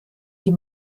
die